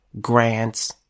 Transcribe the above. grants